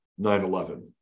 9-11